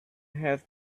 have